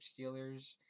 Steelers